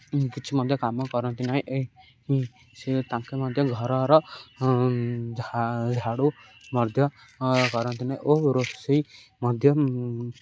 କିଛି ମଧ୍ୟ କାମ କରନ୍ତି ନାହିଁ ସେ ତାଙ୍କେ ମଧ୍ୟ ଘରର ଝାଡ଼ୁ ମଧ୍ୟ କରନ୍ତି ନାହିଁ ଓ ରୋଷେଇ ମଧ୍ୟ